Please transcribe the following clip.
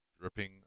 dripping